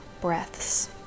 breaths